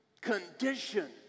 condition